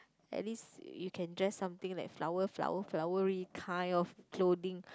at least you can dress something like flower flower flowery kind of clothing